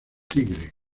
tigre